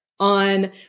on